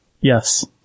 Yes